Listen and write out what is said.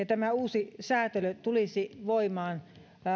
tämä uusi säätely tulisi voimaan